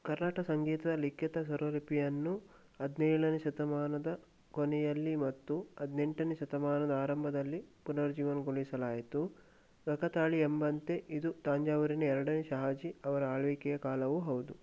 ಕರ್ನಾಟ ಸಂಗೀತ ಲಿಖಿತ ಸ್ವರಲಿಪಿಯನ್ನು ಹದಿನೇಳನೆ ಶತಮಾನದ ಕೊನೆಯಲ್ಲಿ ಮತ್ತು ಹದಿನೆಂಟನೆ ಶತಮಾನದ ಆರಂಭದಲ್ಲಿ ಪುನರುಜ್ಜೀವನಗೊಳಿಸಲಾಯಿತು ಕಾಕತಾಳೀಯ ಎಂಬಂತೆ ಇದು ತಂಜಾವೂರಿನ ಎರಡನೇ ಶಹಾಜಿ ಅವರ ಆಳ್ವಿಕೆಯ ಕಾಲವೂ ಹೌದು